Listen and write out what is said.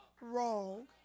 wrong